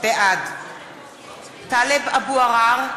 בעד טלב אבו עראר,